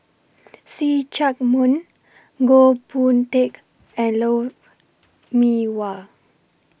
See Chak Mun Goh Boon Teck and Lou Mee Wah